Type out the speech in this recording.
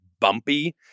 bumpy